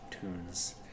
tunes